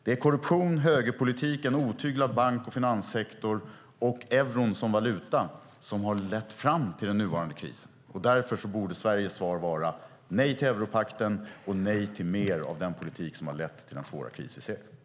Det är korruption, högerpolitik, en otyglad bank och finanssektor och euron som valuta som har lett fram till den nuvarande krisen. Därför borde Sveriges svar vara: Nej till europakten och nej till mer av den politik som har lett till den svåra kris vi ser.